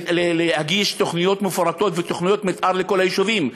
להגיש תוכניות מפורטות ותוכניות מתאר לכל היישובים.